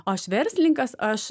aš verslininkas aš